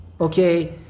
okay